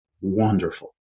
wonderful